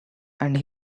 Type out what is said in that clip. and